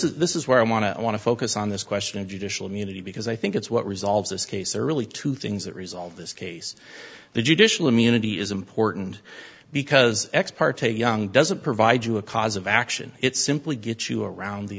is this is where i want to i want to focus on this question of judicial munity because i think it's what resolves this case there are really two things that resolve this case the judicial immunity is important because ex parte young doesn't provide you a cause of action it's simply get you around the